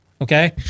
Okay